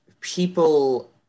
people